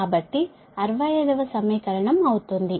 కాబట్టి 65 వ సమీకరణం అవుతుంది